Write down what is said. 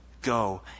Go